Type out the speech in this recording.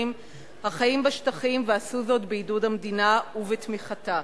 החיים בשטחים ועשו זאת בעידוד המדינה ובתמיכתה.